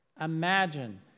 Imagine